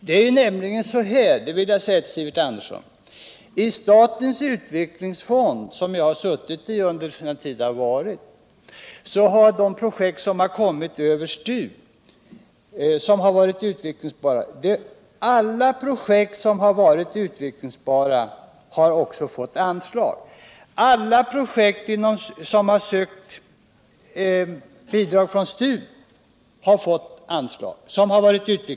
Det är nämligen så, Sivert Andersson, att från statens utvecklingsfond, som jag har suttit i från början, har alla utvecklingsbara projekt som kommit från STU fått anslag.